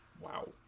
Wow